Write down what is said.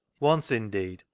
once, indeed,